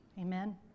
Amen